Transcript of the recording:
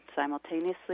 simultaneously